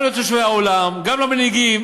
גם לתושבי העולם, גם למנהיגים